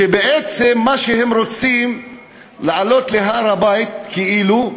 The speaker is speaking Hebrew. שבעצם מה שהם רוצים זה לעלות להר-הבית כאילו,